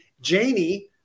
Janie